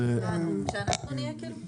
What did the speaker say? --- כשאנחנו נהיה, כאילו?